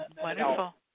Wonderful